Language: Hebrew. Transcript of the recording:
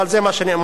אבל זה מה שנאמר,